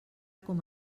com